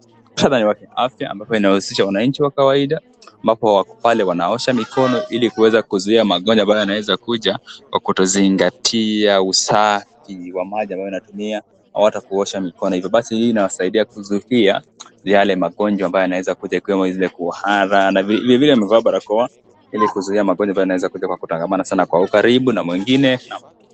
Hidhara ya kiafya ambapo inahusisha wanainchi wa kawaida, ambapo wapo pale wanaosha mikono ili kuweza kuzuia magonjwa ambayo yanaweza kuja kwa kutozingatia usafi wa maji ambao wanatumia au hata kuosha mikono. Na hivo basi hii inawasaidia kusuhia yale magonjwa ambayo yanaweza kuja ikiwemo zile kuhara, na vile vile amevaa balakoa ,ili kuzuia magonjwa pale ambapo anaweza kutangamana sana kwa ukaribu na mwingine.